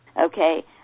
okay